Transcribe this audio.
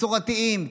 מסורתיים,